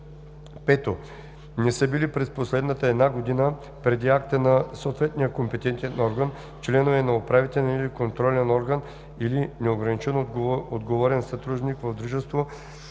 5. не са били през последната една година преди акта на съответния компетентен орган членове на управителен или контролен орган или неограничено отговорен съдружник в дружество,